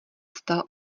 vstal